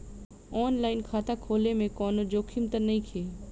आन line खाता खोले में कौनो जोखिम त नइखे?